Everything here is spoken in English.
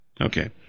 Okay